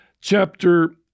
Chapter